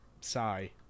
Sigh